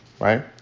right